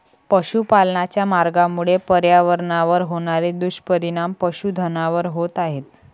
पशुपालनाच्या मार्गामुळे पर्यावरणावर होणारे दुष्परिणाम पशुधनावर होत आहेत